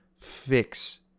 fix